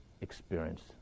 experience